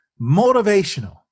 motivational